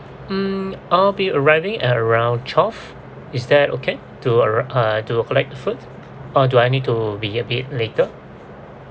mm I'll be arriving at around twelve is that okay to arr~ uh to collect the food or do I need to be a bit later